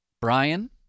Brian